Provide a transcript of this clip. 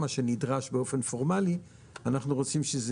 מה שנדרש באופן פורמאלי אנחנו רוצים שזה